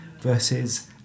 versus